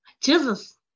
Jesus